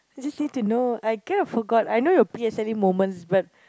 I just need to know I kind of forgot I know your P_S_L_E moments but